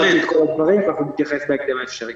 רשמתי את כל הדברים, ואנחנו נתייחס בהקדם האפשרי.